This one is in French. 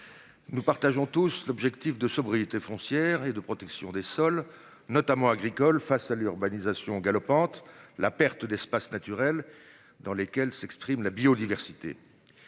Nous partageons tous, l'objectif de sobriété foncière et de protection des sols, notamment agricoles face à l'urbanisation galopante, la perte d'espaces naturels dans lesquels s'exprime la biodiversité.